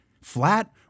Flat